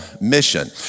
mission